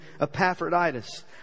Epaphroditus